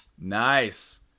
Nice